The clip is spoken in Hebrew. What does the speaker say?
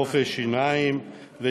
רופא שיניים,